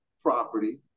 property